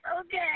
Okay